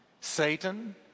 Satan